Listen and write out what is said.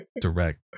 direct